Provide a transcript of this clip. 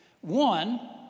One